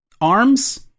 arms